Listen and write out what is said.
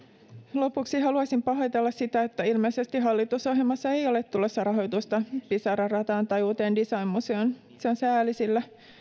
lopuksi haluaisin pahoitella sitä että ilmeisesti hallitusohjelmassa ei ole tulossa rahoitusta pisara rataan tai uuteen designmuseoon se on sääli sillä